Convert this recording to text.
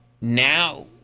now